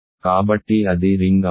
కాబట్టి అది రింగ్ అవుతుంది